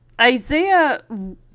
Isaiah